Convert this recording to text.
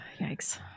Yikes